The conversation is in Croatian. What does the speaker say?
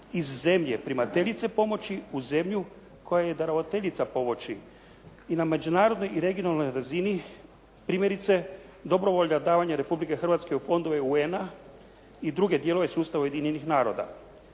iz zemlje primateljice pomoći u zemlju koja je darovateljica pomoći i na međunarodnoj i regionalnoj razini primjerice dobrovoljna davanja Republike Hrvatske u fondove UN-a i druge dijelove sustava Ujedinjenih naroda.